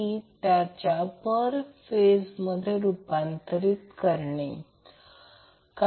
तर म्हणून येथे सर्व अँगल 60° आहे असे चिन्हांकित केले आहे